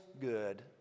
good